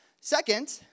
Second